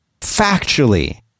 factually